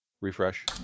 Refresh